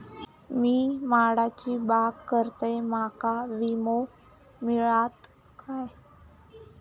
मी माडाची बाग करतंय माका विमो मिळात काय?